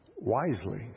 wisely